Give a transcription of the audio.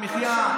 בבקשה.